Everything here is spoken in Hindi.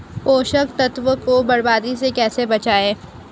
पोषक तत्वों को बर्बादी से कैसे बचाएं?